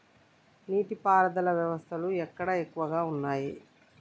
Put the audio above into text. నీటి పారుదల వ్యవస్థలు ఎక్కడ ఎక్కువగా ఉన్నాయి?